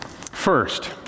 First